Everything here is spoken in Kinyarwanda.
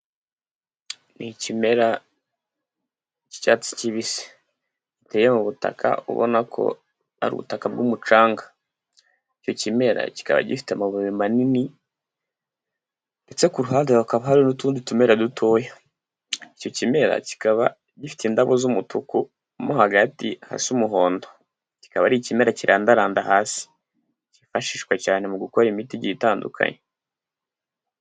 Ni ikimera cy'icyatsi kibisi, giteye mu butaka ubona ko ari ubutaka bw'umucanga, icyo kimera kikaba gifite amababi manini ndetse ku ruhande hakaba hari n'utundi tumera dutoya, icyo kimera kikaba gifite indabo z'umutuku, mu hagati hasi umuhondo, kikaba ari ikimera kirandaranda hasi, kifashishwa cyane mu gukora imiti igiye itandukanye.